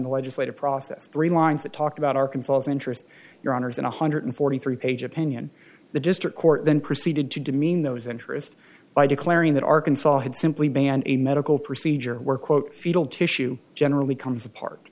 the legislative process three lines that talked about arkansas interest your honor the one hundred forty three page opinion the district court then proceeded to demean those interests by declaring that arkansas had simply banned a medical procedure where quote fetal tissue generally comes apart